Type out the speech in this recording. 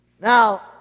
Now